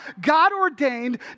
God-ordained